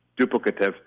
duplicative